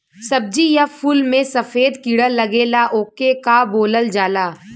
सब्ज़ी या फुल में सफेद कीड़ा लगेला ओके का बोलल जाला?